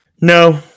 no